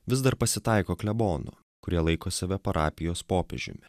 vis dar pasitaiko klebonų kurie laiko save parapijos popiežiumi